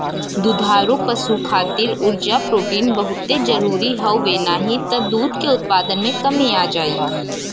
दुधारू पशु खातिर उर्जा, प्रोटीन बहुते जरुरी हवे नाही त दूध के उत्पादन में कमी आ जाई